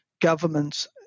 governments